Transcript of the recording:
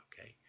okay